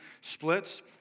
splits